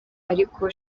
ariko